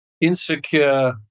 insecure